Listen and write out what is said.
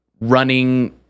running